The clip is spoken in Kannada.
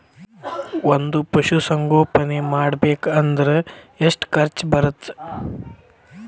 ಒಂದ್ ಪಶುಸಂಗೋಪನೆ ಮಾಡ್ಬೇಕ್ ಅಂದ್ರ ಎಷ್ಟ ಖರ್ಚ್ ಬರತ್ತ?